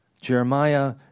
Jeremiah